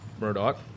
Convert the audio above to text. Murdoch